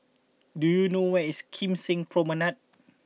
do you know where is Kim Seng Promenade